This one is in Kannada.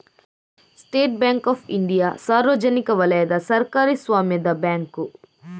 ಸ್ಟೇಟ್ ಬ್ಯಾಂಕ್ ಆಫ್ ಇಂಡಿಯಾ ಸಾರ್ವಜನಿಕ ವಲಯದ ಸರ್ಕಾರಿ ಸ್ವಾಮ್ಯದ ಬ್ಯಾಂಕು